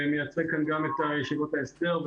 ואני מייצג כאן גם את ישיבות ההסדר.